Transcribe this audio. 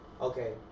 okay